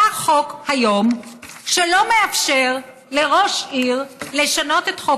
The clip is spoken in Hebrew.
בא היום חוק שלא מאפשר לראש עיר לשנות את חוק